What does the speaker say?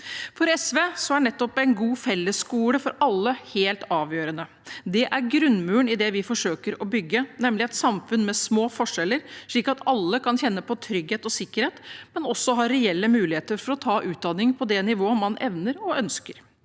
For SV er nettopp en god fellesskole for alle helt avgjørende. Det er grunnmuren i det vi forsøker å bygge, nemlig et samfunn med små forskjeller, slik at alle kan kjenne på trygghet og sikkerhet, men også ha reelle muligheter til å ta utdanning på det nivået man evner og ønsker.